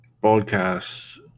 broadcasts